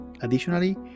Additionally